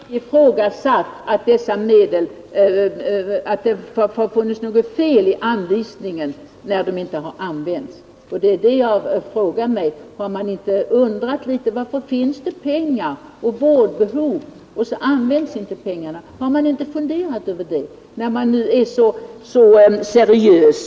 Herr talman! Man har inte ifrågasatt att det varit något fel när medel förblivit oanvända. Har man inte, när man nu är så seriös i detta utskott, undrat: Varför finns det pengar som inte används och vårdbehov som inte tillgodoses?